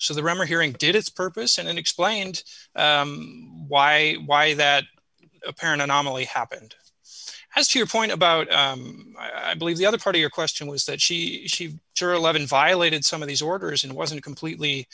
so the rubber hearing did its purpose and explained why why that apparent anomaly happened as your point about i believe the other part of your question was that she she sure eleven violated some of these orders and wasn't completely